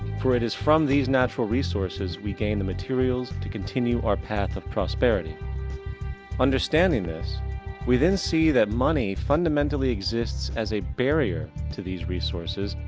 for, it is from these natural resources, we gain the materials to continue our path of prosperity understanding this we than see, that money fundamentally exists as a barrier to these resources,